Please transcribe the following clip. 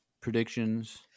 predictions